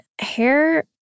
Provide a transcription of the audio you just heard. Hair